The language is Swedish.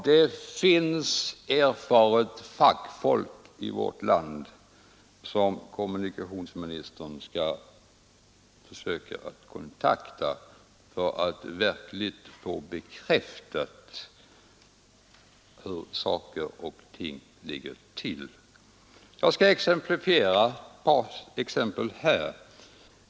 Det finns erfaret fackfolk i vårt land som kommunikationsministern skall försöka kontakta för att verkligen få bekräftat hur saker och ting ligger till. Jag skall nämna ett par exempel.